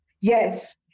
Yes